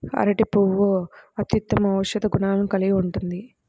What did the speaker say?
అరటి పువ్వు అత్యుత్తమ ఔషధ గుణాలను కలిగి ఉంటుంది